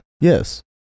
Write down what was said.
Yes